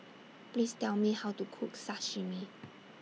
Please Tell Me How to Cook Sashimi